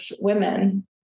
women